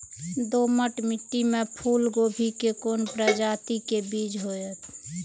दोमट मिट्टी में फूल गोभी के कोन प्रजाति के बीज होयत?